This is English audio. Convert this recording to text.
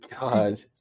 God